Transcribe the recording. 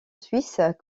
suisse